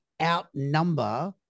outnumber